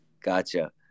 Gotcha